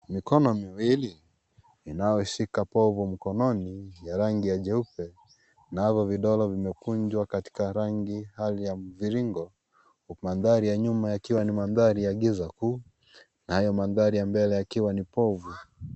Mikono miwili, inayoshika povu mkononi ya rangi ya jeupe, nazo vidole vimekunjwa katika rangi hali ya mviringo. Mandhari ya nyuma yakiwa ni mandhari ya giza kuu, nayo mandhari ya mbele yakiwa ni povu.